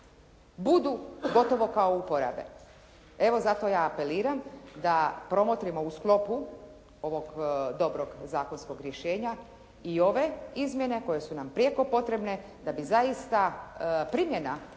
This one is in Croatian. budu gotovo kao uporabe. Evo, zato ja apeliram da promotrimo u sklopu ovog dobrog zakonskog rješenja i ove izmjene koje su nam prijeko potrebne da bi zaista primjena ovog